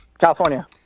California